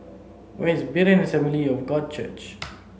where is Berean Assembly of God Church